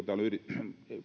täällä on